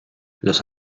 los